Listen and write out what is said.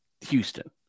Houston